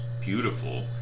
beautiful